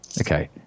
Okay